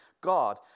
God